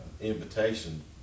invitation